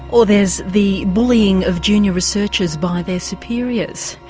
or there's the bullying of junior researchers by their superiors,